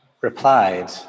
replied